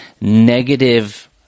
negative